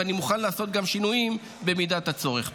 ואני מוכן לעשות גם שינויים במידת הצורך.